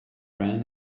ran